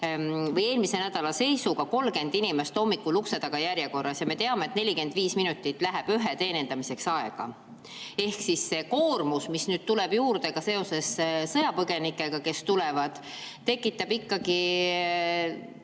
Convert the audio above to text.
või eelmise nädala seisuga 30 inimest hommikul ukse taga järjekorras ja me teame, et 45 minutit läheb ühe inimese teenindamiseks aega. Ehk siis see koormus, mis nüüd tuleb juurde ka seoses sõjapõgenikega, kes tulevad, tekitab